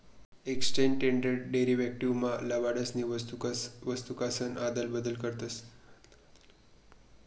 exchange traded derivatives मा लबाडसनी वस्तूकासन आदला बदल करतस